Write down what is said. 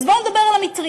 אז בוא נדבר על המטרייה.